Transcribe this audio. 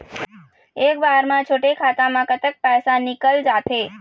एक बार म छोटे खाता म कतक पैसा निकल जाथे?